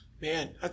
Man